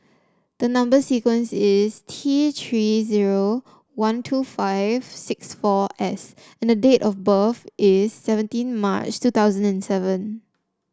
the number sequence is T Three zero one two five six four S and the date of birth is seventeen March two thousand and seven